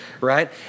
right